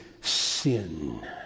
sin